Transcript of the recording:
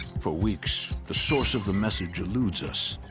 for weeks, the source of the message eludes us,